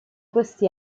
questi